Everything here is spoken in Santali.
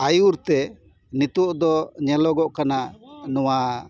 ᱟᱹᱭᱩᱨ ᱛᱮ ᱱᱤᱛᱳᱜ ᱫᱚ ᱧᱮᱞᱚᱜᱚᱜ ᱠᱟᱱᱟ ᱱᱚᱣᱟ